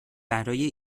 برای